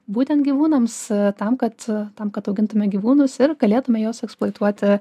būtent gyvūnams tam kad tam kad augintume gyvūnus ir galėtume juos eksplotuoti